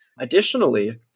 Additionally